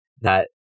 that-